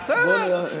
בסדר.